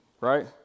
right